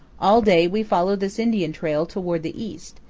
all day we follow this indian trail toward the east,